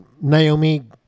Naomi